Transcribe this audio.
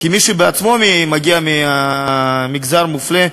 כמי שבעצמו מגיע ממגזר מופלה,